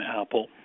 apple